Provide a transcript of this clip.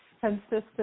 Consistent